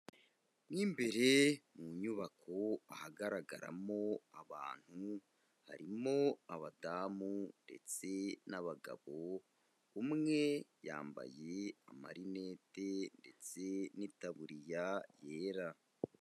Mo imbere mu nyubako ahagaragaramo abantu, harimo abadamu ndetse n'abagabo, umwe yambaye amarineti ndetse n'itaburiya yera.